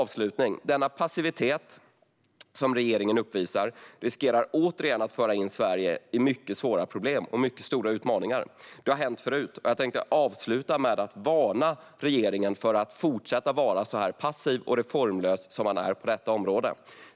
Den passivitet som regeringen uppvisar riskerar återigen att föra in Sverige i mycket svåra problem och stora utmaningar. Det har hänt förut. Jag tänkte avsluta med att varna regeringen för att fortsätta vara så passiv och reformlös som den är på detta område.